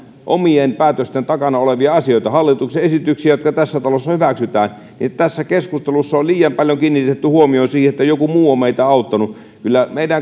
omien päätöstemme takana olevia asioita hallituksen esityksiä jotka tässä talossa hyväksytään tässä keskustelussa on liian paljon kiinnitetty huomiota siihen että joku muu on meitä auttanut kyllä meidän